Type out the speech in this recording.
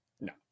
No